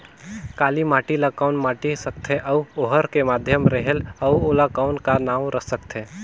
काला माटी ला कौन माटी सकथे अउ ओहार के माधेक रेहेल अउ ओला कौन का नाव सकथे?